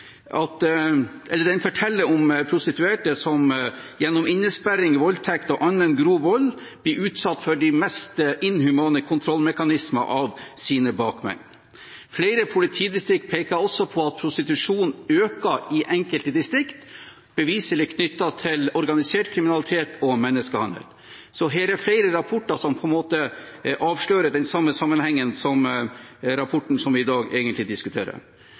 Den forteller om prostituerte som gjennom innesperring, voldtekt og annen grov vold blir utsatt for de mest inhumane kontrollmekanismer av sine bakmenn. Flere politidistrikt peker også på at prostitusjon øker i enkelte distrikt, beviselig knyttet til organisert kriminalitet og menneskehandel. Her er flere rapporter som avslører den samme sammenhengen som rapporten vi diskuterer i dag,